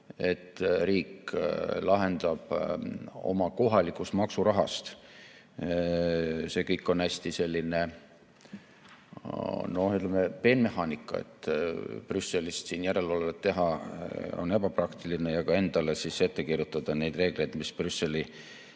et riik lahendab seda oma kohalikust maksurahast. See kõik on hästi selline, ütleme, peenmehaanika. Brüsselist siin järelevalvet teha on ebapraktiline. Ja ka endale ette kirjutada neid reegleid, mis Brüsseli